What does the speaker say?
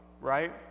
Right